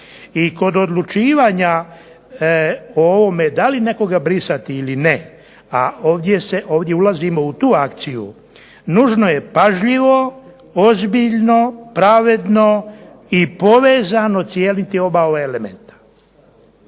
I kod odlučivanja o ovome da li nekoga brisati ili ne a ovdje ulazimo u tu akciju nužno je pažljivo, ozbiljno, pravedno i povezano cijeniti oba ova elementa.